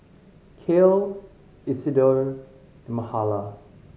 Cale Isidor and Mahala